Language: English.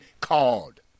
called